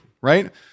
right